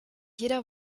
jeder